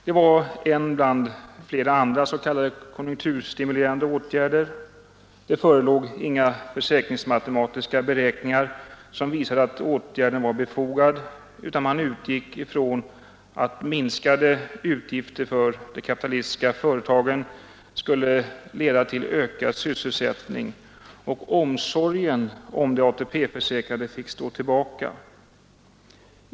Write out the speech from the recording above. Det var en bland flera andra s.k. konjunkturstimulerande åtgärder. Det förelåg inga försäkringsmatematiska beräkningar, som visade att åtgärden var befogad, utan regeringspartiet utgick från att minskade utgifter för de kapitalistiska företagen skulle leda till ökad sysselsättning. Omsorgen om de ATP-försäkrade fick stå tillbaka.